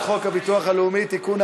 חבר הכנסת אבו מערוף, מוסיף אתכם.